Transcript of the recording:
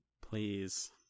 Please